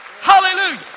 Hallelujah